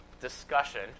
discussion